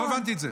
לא הבנתי את זה.